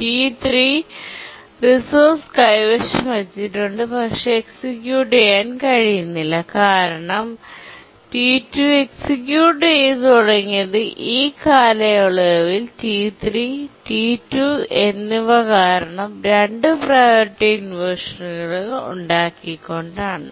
T3 resource കൈവശം വച്ചിട്ടുണ്ട് പക്ഷേ എക്സിക്യൂട്ട് ചെയ്യാൻ കഴിയുന്നില്ല കാരണം T2 എക്സിക്യൂട്ട് ചെയ്ത് തുടങ്ങിയത് ഈ കാലയളവിൽ T3T2 എന്നിവ കാരണം 2 പ്രിയോറിറ്റി ഇൻവെർഷൻകൾ ഉണ്ടാക്കി കൊണ്ടാണ്